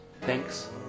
Thanks